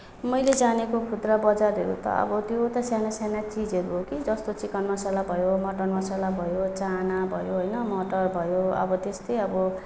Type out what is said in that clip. मैले जानेको खुद्रा बजारहरू त अब त्यो त सानासाना चिजहरू हो कि जस्तो चिकन मसला भयो मटन मसला भयो चाना भयो होइन मटर अब त्यस्तै अब